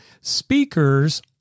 speakers